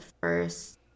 first